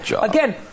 again